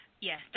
Yes